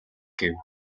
гэв